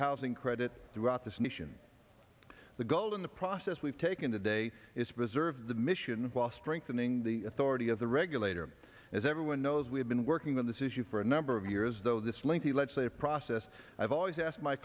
housing credit throughout this nation the goal in the process we've taken today is to preserve the mission while strengthening the authority of the regulator as everyone knows we have been working on this issue for a number of years though this lengthy legislative process i've always asked my